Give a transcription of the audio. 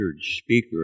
speaker